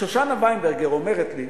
ושושנה ויינברגר אומרת לי: